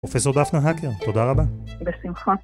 פרופסור דפנה הקר, תודה רבה. בשמחה.